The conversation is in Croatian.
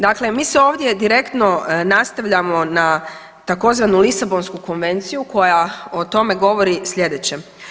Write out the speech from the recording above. Dakle, mi se ovdje direktno nastavljamo tzv. Lisabonsku konvenciju koja o tome govori slijedeće.